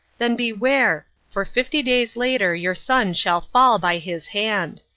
then beware, for fifty days later your son shall fall by his hand!